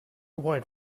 white